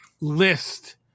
list